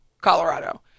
Colorado